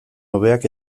hobeak